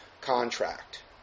contract